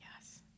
Yes